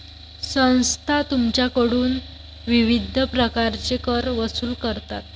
संस्था तुमच्याकडून विविध प्रकारचे कर वसूल करतात